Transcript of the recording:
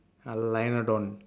a lionlodon